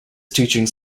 teachings